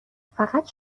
فقط